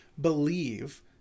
believe